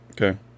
Okay